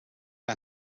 que